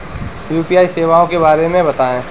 UPI सेवाओं के बारे में बताएँ?